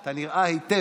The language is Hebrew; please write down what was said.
אתה נראה היטב.